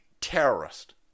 terrorist